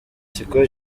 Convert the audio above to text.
ikigo